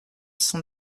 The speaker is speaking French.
sont